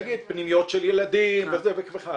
נגיד פנימיות של ילדים וכן הלאה.